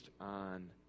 on